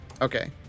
Okay